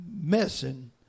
messing